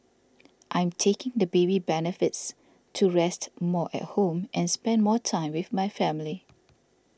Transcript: I'm taking the baby benefits to rest more at home and spend more time with my family